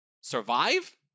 survive